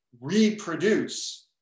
reproduce